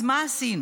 אז מה עשינו?